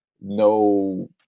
No